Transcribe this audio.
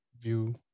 view